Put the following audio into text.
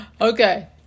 Okay